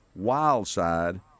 Wildside